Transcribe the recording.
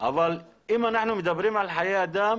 אבל אם אנחנו מדברים על חיי אדם,